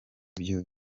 byo